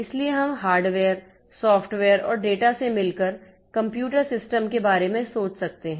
इसलिए हम hardware software और डेटा से मिलकर कंप्यूटर सिस्टम के बारे में सोच सकते हैं